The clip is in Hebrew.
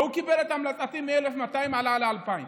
והוא קיבל את המלצתי, ומ-1,200 עלה ל-2,000.